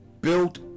built